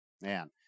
man